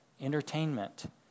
entertainment